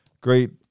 great